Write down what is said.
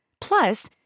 Plus